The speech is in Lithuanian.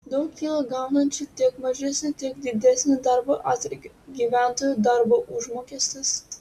daug kyla gaunančių tiek mažesnį tiek didesnį darbo atlygį gyventojų darbo užmokestis